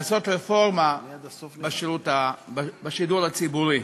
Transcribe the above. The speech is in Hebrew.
לעשות רפורמה בשידור הציבורי.